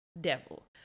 devil